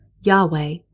Yahweh